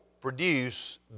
produce